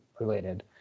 related